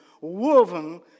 woven